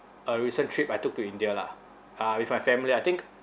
a recent trip I took to india lah uh with my family I think